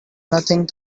nothing